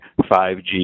5G